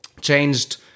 changed